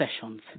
sessions